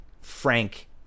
frank